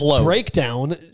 breakdown